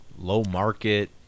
low-market